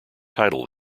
title